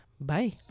Bye